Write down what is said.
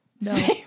No